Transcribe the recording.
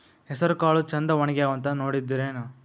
ಹೆಸರಕಾಳು ಛಂದ ಒಣಗ್ಯಾವಂತ ನೋಡಿದ್ರೆನ?